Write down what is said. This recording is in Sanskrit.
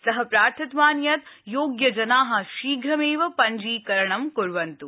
सः प्रार्थितवान् यत् योग्यजनाः शीघ्रमेव पञ्जीकरणं क्र्वन्त्